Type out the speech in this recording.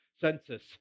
census